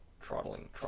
trotting